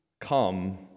come